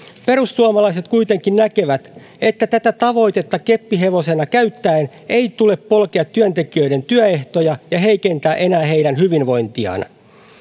perussuomalaiset kuitenkin näkevät että tätä tavoitetta keppihevosena käyttäen ei tule polkea työntekijöiden työehtoja ja heikentää enää heidän hyvinvointiaan